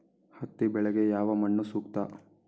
ಹತ್ತಿ ಬೆಳೆಗೆ ಯಾವ ಮಣ್ಣು ಸೂಕ್ತ?